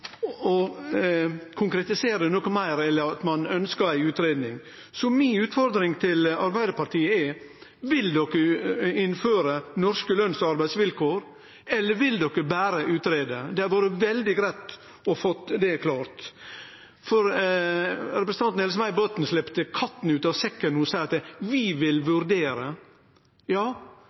konkretisere noko meir enn at ein ønskjer ei utgreiing. Så mi utfordring til Arbeidarpartiet er: Vil de innføre norske løns- og arbeidsvilkår, eller vil de berre utgreie? Det hadde vore veldig greitt å få det klart. Representanten Else-May Botten sleppte katta ut av sekken då ho sa: Vi vil vurdere. Ja,